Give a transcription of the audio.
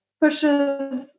pushes